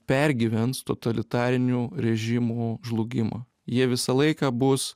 pergyvens totalitarinių režimų žlugimą jie visą laiką bus